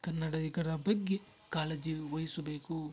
ಕನ್ನಡಿಗರ ಬಗ್ಗೆ ಕಾಳಜಿ ವಹಿಸಬೇಕು